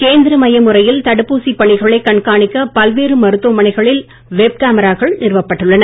கேந்திர மய முறையில் தடுப்பூசி பணிகளைக் கண்காணிக்க பல்வேறு மருத்துவமனைகளில் வெப் கேமராக்கள் நிறுவப் பட்டுள்ளன